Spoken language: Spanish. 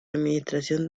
administración